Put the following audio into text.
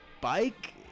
bike